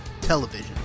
television